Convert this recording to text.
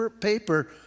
paper